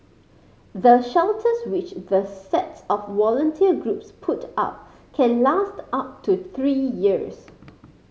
the shelters which the sets of volunteer groups put up can last up to three years